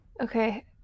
Okay